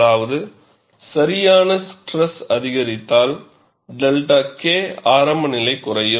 அதாவது சராசரி ஸ்ட்ரெஸ் அதிகரித்தால் 𝛅 K ஆரம்ப நிலை குறையும்